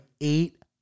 eight